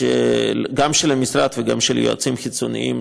גם של המשרד וגם של יועצים חיצוניים,